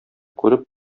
күреп